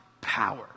power